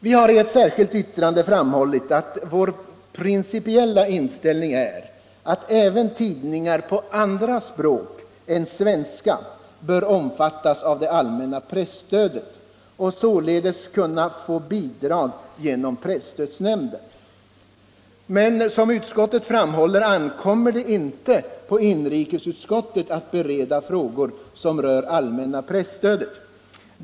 Vi har i ett särskilt yttrande framhållit att vår principiella inställning är att även tidningar på andra språk än svenska bör omfattas av det allmänna presstödet och således kunna få bidrag genom presstödsnämnden. Men som utskottet framhåller ankommer det inte på inrikesutskottet att bereda frågor som rör allmänna presstödet.